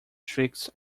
tricks